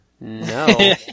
No